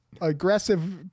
aggressive